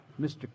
Mr